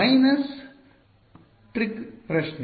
minus trick ಪ್ರಶ್ನೆ